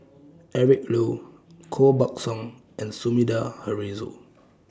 Eric Low Koh Buck Song and Sumida Haruzo